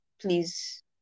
please